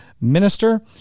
minister